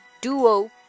duo